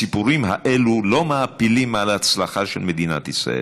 הסיפורים האלה לא מאפילים על ההצלחה של מדינת ישראל,